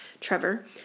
Trevor